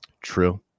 True